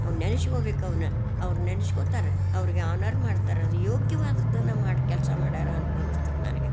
ಅವು ನೆನೆಸ್ಕೋಬೇಕು ಅವನ್ನು ಅವ್ರು ನೆನೆಸ್ಕೋತಾರೆ ಅವ್ರಿಗೆ ಆನರ್ ಮಾಡ್ತಾರೆ ಅವ್ರು ಯೋಗ್ಯವಾದದ್ದನ್ನು ಮಾಡಿ ಕೆಲಸನ ಮಾಡ್ಯಾರೆ ಅಂತ ಅನ್ನಿಸ್ತದೆ ನನಗೆ